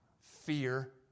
fear